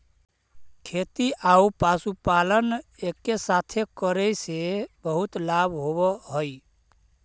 खेती आउ पशुपालन एके साथे करे से बहुत लाभ होब हई